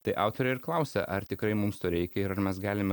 tai autorė ir klausia ar tikrai mums to reikia ir ar mes galime